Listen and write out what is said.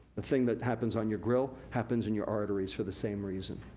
the thing that happens on your grill, happens in your arteries for the same reason.